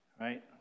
Right